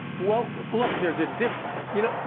well, look, there's a diff you know,